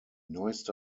neueste